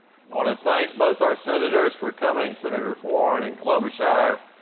i want to thank both our senators for coming, senators warren and klobuchar.